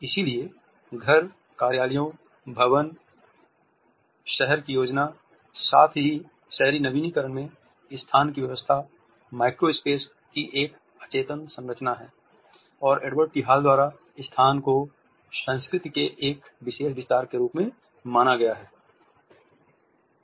इसलिए घरों कार्यालयों भवन शहर की योजना साथ ही शहरी नवीकरण में स्थान की व्यवस्था माइक्रो स्पेस की एक अचेतन संरचना है और एडवर्ड टी हॉल द्वारा स्थान को संस्कृति के एक विशेष विस्तार के रूप में माना गया है